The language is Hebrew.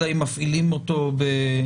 אלא אם מפעילים אותו ב-